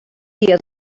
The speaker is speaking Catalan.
dia